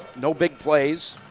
no big plays,